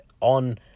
on